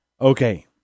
Okay